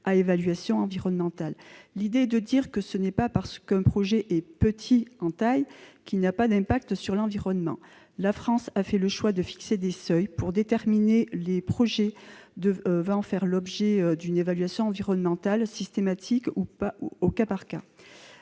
à évaluation environnementale. L'idée est de dire que ce n'est pas parce qu'un projet est « petit » en taille qu'il n'a pas d'impact sur l'environnement. La France a fait le choix de fixer des seuils pour déterminer les projets devant faire l'objet d'une évaluation environnementale, systématique ou au cas par cas.